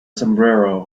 sombrero